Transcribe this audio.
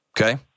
okay